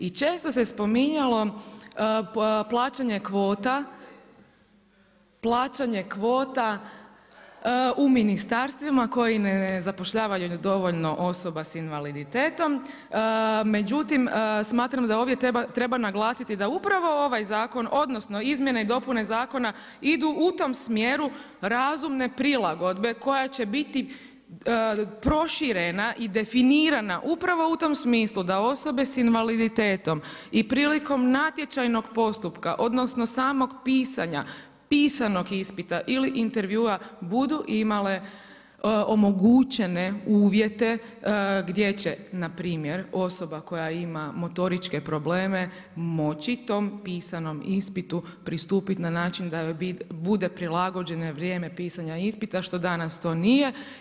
I često se spominjalo plaćanje kvota, plaćanje kvota u ministarstvima koji ne zapošljavaju dovoljno osoba sa invaliditetom, međutim smatramo da ovdje treba naglasiti da upravo ovaj zakon, odnosno izmjene i dopune zakona idu u tom smjeru razumne prilagodbe koja će biti proširena i definirana upravo u tom smislu da osobe sa invaliditetom i prilikom natječajnog postupka, odnosno samog pisanja, pisanog ispita ili intervjua budu imale omogućene uvjete gdje će npr. osoba koja ima motoričke probleme moći tom pisanom ispitu pristupiti na način da joj bude prilagođeno vrijeme pisanja ispita što danas to nije.